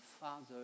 Father